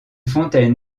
fontaine